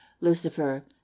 Lucifer